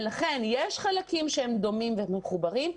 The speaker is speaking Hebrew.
ולכן יש חלקים שהם דומים ומחוברים,